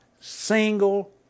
single